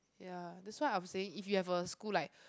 ya this why I am saying if you have a school like